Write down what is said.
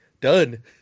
Done